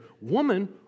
woman